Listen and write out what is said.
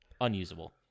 unusable